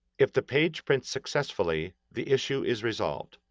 if the page prints successfully, the issue is resolved.